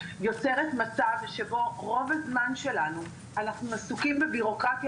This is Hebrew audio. יוצרת מצב שרוב הזמן שלנו אנחנו עסוקים בביורוקרטיה,